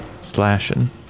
Slashing